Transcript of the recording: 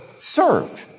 served